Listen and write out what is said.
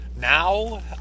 now